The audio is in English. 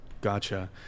Gotcha